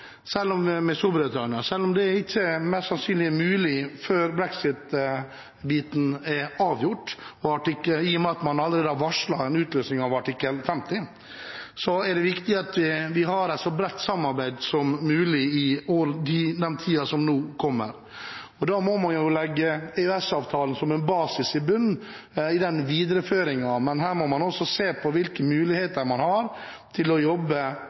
med Storbritannia. Selv om det mest sannsynlig ikke er mulig før brexit-biten er avgjort, i og med at man allerede har varslet en utløsing av artikkel 50, er det viktig at vi har et så bredt samarbeid som mulig i den tiden som nå kommer. Da må man legge EØS-avtalen som en basis i bunnen i den videreføringen, men her må man også se på hvilke muligheter man har til å jobbe